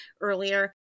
earlier